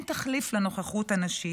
אין תחליף לנוכחות הנשית,